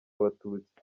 abatutsi